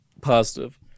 positive